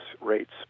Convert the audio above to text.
rates